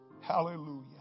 Hallelujah